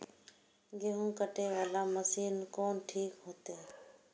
गेहूं कटे वाला मशीन कोन ठीक होते?